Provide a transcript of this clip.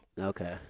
Okay